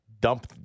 dump